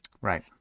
Right